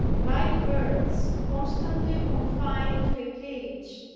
like birds constantly confined to a cage,